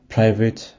Private